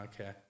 Okay